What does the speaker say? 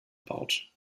baut